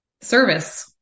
Service